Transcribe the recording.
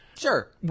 Sure